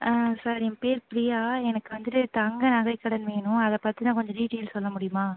sir என் பேர் பிரியா எனக்கு வந்துட்டு தங்க நகைக்கடன் வேணும் அதைப் பற்றின கொஞ்சம் டீட்டைல் சொல்ல முடியுமா